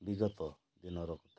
ବିଗତ ଦିନର କଥା